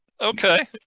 okay